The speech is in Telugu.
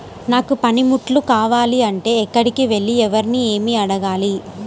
నాకు పనిముట్లు కావాలి అంటే ఎక్కడికి వెళ్లి ఎవరిని ఏమి అడగాలి?